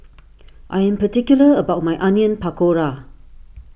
I am particular about my Onion Pakora